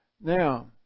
Now